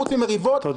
חוץ ממריבות -- תודה.